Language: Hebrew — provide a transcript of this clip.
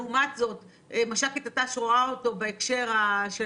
לעומת זאת מש"קית הת"ש רואה אותו בהקשר של